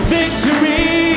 victory